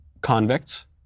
convicts